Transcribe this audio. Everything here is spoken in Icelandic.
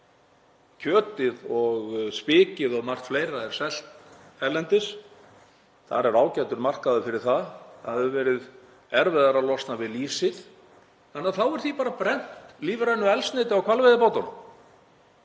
Kjötið og spikið og margt fleira er selt erlendis. Þar er ágætur markaður fyrir það. Það hefur verið erfiðara að losna við lýsið þannig að þá er því bara brennt, lífrænu eldsneyti, á hvalveiðibátunum.